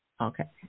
okay